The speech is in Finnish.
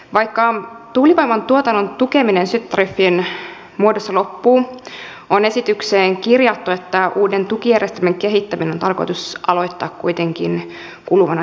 vaikka tuulivoiman tuotannon tukeminen syöttötariffien muodossa loppuu on esitykseen kirjattu että uuden tukijärjestelmän kehittäminen on tarkoitus aloittaa kuitenkin kuluvana syksynä